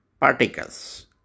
particles